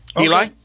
Eli